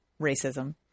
racism